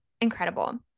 incredible